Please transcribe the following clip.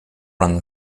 run